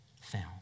found